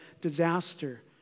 disaster